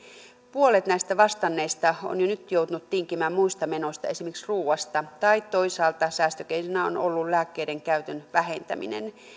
puolet näistä vastanneista on jo nyt joutunut tinkimään muista menoista esimerkiksi ruuasta tai toisaalta säästökeinona on ollut lääkkeiden käytön vähentäminen